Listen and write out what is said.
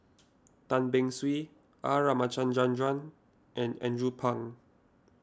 Tan Beng Swee R Ramachandran and Andrew Phang